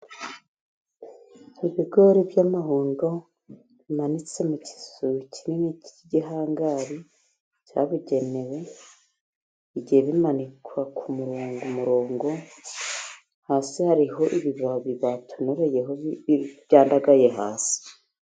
Ibigori by'amahundo bimanitse mu kizu kinini cy'igihangari cyabugenewe, bigihe bimanikwa ku murongo, umurongo, hasi hariho ibibabi batonoreyeho byandagaye hasi.